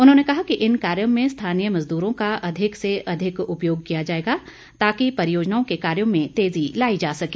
उन्होंने कहा कि इन कार्यों में स्थानीय मजदूरों का अधिक से अधिक उपयोग किया जाएगा ताकि परियोजनाओं के कार्यो में तेजी लाई जा सके